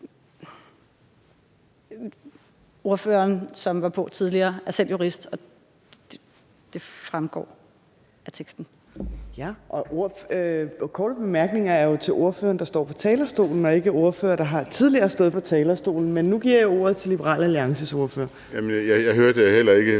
Ordføreren, som var på tidligere, er selv jurist – og det fremgår af teksten. Kl. 12:46 Fjerde næstformand (Trine Torp): Ja. Korte bemærkninger er jo til ordføreren, der står på talerstolen, og ikke ordførere, der tidligere har stået på talerstolen. Men nu giver jeg ordet til Liberal Alliances ordfører. Kl. 12:46 Henrik